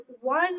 one